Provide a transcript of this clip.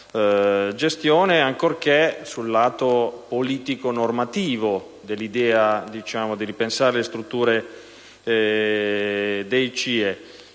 ancorché sul lato politico-normativo dell'idea di riforma delle strutture dei CIE.